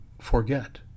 forget